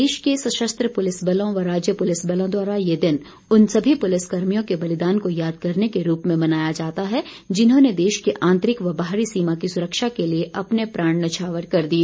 देश के सशस्त्र पुलिस बलों व राज्य पुलिस बलों द्वारा ये दिन उन सभी पुलिस कर्मियों के बलिदान को याद करने के रूप में मनाया जाता है जिन्होंने देश के आंतरिक व बाहरी सीमा की सुरक्षा के लिए अपने प्राण न्यौछावर कर दिए